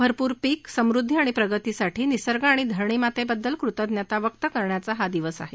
भरपूर पीक समृद्धी आणि प्रगतीसाठी निसर्ग आणि धरणीमातेबद्दल कृतज्ञता व्यक्त करण्याचा हा दिवस आहे